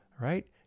right